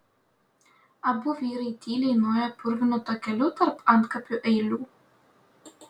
abu vyrai tyliai nuėjo purvinu takeliu tarp antkapių eilių